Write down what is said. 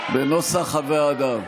בנוסח הוועדה.